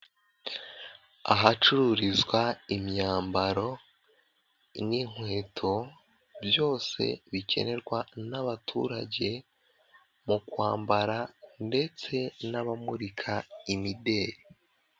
Ahacururizwa imyambaro n'inkweto byose bikenenerwa n'abaturage mu kwambara ndetse n'abamurika imideli.